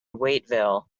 waiteville